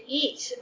eat